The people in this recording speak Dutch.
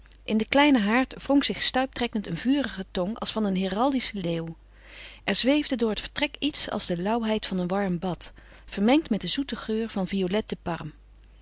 in den kleinen haard wrong zich stuiptrekkend een vurige tong als van een heraldischen leeuw er zweefde door het vertrek iets als de lauwheid van een warm bad vermengd met den zoeten geur van violettes de parme